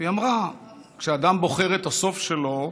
היא אמרה: כשאדם בוחר את הסוף שלו,